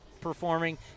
performing